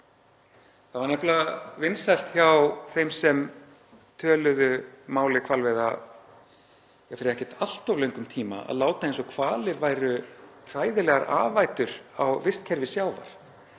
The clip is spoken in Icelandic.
Það var nefnilega vinsælt hjá þeim sem töluðu máli hvalveiða fyrir ekkert allt of löngum tíma að láta eins og hvalir væru hræðilegar afætur á vistkerfi sjávar,